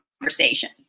conversation